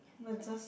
menses